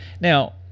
Now